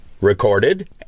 recorded